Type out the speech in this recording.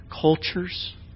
cultures